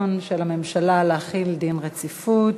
הרצון של הממשלה להחיל דין רציפות.